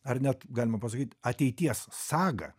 ar net galima pasakyti ateities sagą